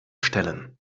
stellen